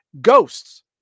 ghosts